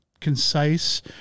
concise